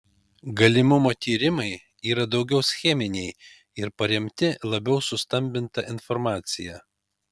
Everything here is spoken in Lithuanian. galimumo tyrimai yra daugiau scheminiai ir paremti labiau sustambinta informacija